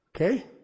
Okay